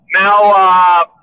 now